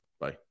Bye